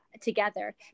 together